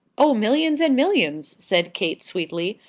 oh, millions and millions, said kate, sweetly,